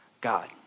God